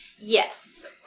Yes